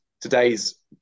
today's